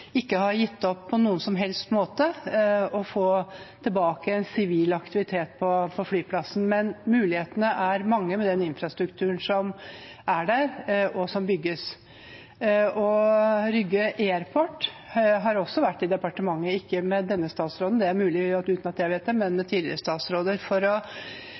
ikke på noen som helst måte har gitt opp å få tilbake en sivil aktivitet på flyplassen. Mulighetene er mange, med den infrastrukturen som er der, og som bygges. Rygge Airport har også vært i departementet, ikke med denne statsråden – selv om det er mulig, uten at jeg vet det – men med tidligere statsråder, for